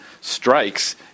strikes